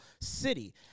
city